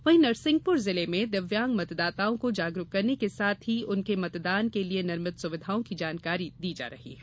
वहीं नरसिंहपुर जिले में दिव्यांग मतदाताओं को जागरूक करने के साथ ही उनके मतदान के लिए निर्मित सुविधाओं की जानकारी दी जा रही है